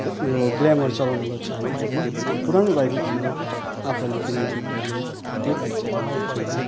यो ग्लेमर चलाउने गर्छ हामी होइन त्यो पुरानो बाइक हो हाम्रो आफैले किनेको थियो पहिले त्यही बाइक चलाउने गर्छौँ हामी